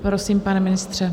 Prosím, pane ministře.